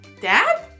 dab